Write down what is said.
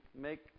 make